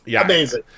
Amazing